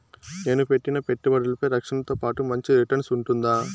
నేను పెట్టిన పెట్టుబడులపై రక్షణతో పాటు మంచి రిటర్న్స్ ఉంటుందా?